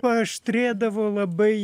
paaštrėdavo labai